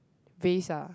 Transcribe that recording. vase ah